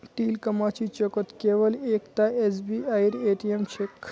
तिलकमाझी चौकत केवल एकता एसबीआईर ए.टी.एम छेक